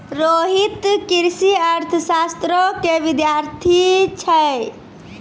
रोहित कृषि अर्थशास्त्रो के विद्यार्थी छै